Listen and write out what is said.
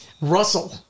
Russell